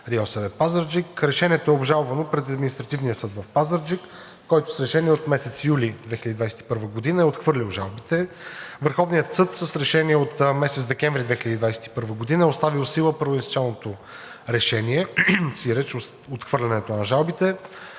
Решението е обжалвано пред Административния съд в Пазарджик, който с решение от месец юли 2021 г. е отхвърлил жалбите. Върховният съд с решение от месец декември 2021 г. е оставил в сила първоинстанционното решение, сиреч отхвърлянето на жалбите.